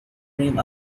dream